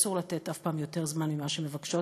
אסור לתת אף פעם יותר זמן ממה שמבקשות,